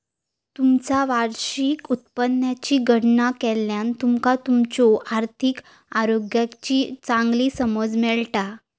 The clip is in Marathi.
तुमचा वार्षिक उत्पन्नाची गणना केल्यान तुमका तुमच्यो आर्थिक आरोग्याची चांगली समज मिळता